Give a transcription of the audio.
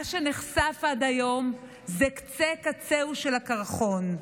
מה שנחשף עד היום הוא קצה-קצהו של הקרחון.